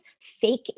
fake